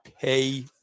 pay